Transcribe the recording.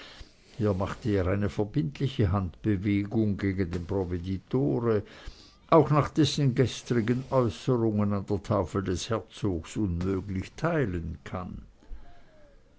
hier machte er eine verbindliche handbewegung gegen den provveditore auch nach dessen gestrigen äußerungen an der tafel des herzogs unmöglich teilen kann